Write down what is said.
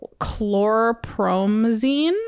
chlorpromazine